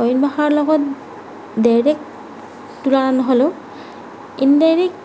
অইন ভাষাৰ লগত ডাইৰেক্ট তুলনা নহ'লেও ইনডাইৰেক্ট